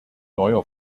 neuer